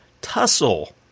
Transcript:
tussle